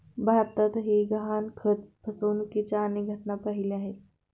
भारतातही गहाणखत फसवणुकीच्या अनेक घटना पाहिल्या आहेत